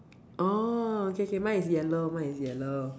orh okay K mine is yellow mine is yellow